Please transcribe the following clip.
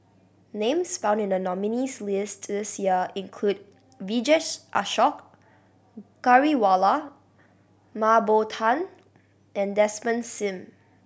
names found in the nominees' list this year include Vijesh Ashok Ghariwala Mah Bow Tan and Desmond Sim